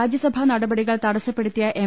രാജ്യസഭാ നടപടികൾ തട്ടസ്സപ്പെടുത്തിയ എം